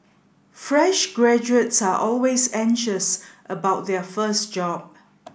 fresh graduates are always anxious about their first job